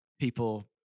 people